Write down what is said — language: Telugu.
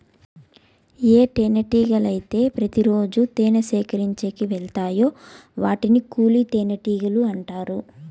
ఏ తేనెటీగలు అయితే ప్రతి రోజు తేనె సేకరించేకి వెలతాయో వాటిని కూలి తేనెటీగలు అంటారు